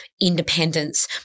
independence